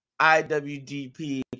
IWDP